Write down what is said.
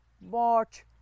March